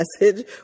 message